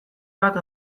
bat